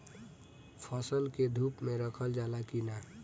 फसल के धुप मे रखल जाला कि न?